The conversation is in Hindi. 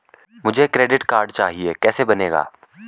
मुझे क्रेडिट कार्ड चाहिए कैसे बनेगा?